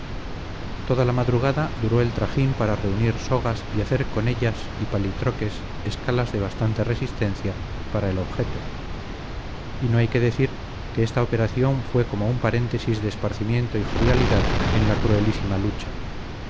toda la madrugada duró el trajín para reunir sogas y hacer con ellas y palitroques escalas de bastante resistencia para el objeto y no hay que decir que esta operación fue como un paréntesis de esparcimiento y jovialidad en la cruelísima lucha